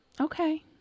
Okay